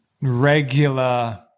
regular